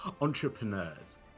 entrepreneurs